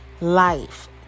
Life